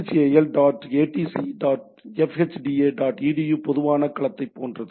"chal dot atc dot fhda dot edu" பொதுவான களத்தைப் போன்றது